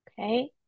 okay